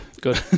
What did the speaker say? Good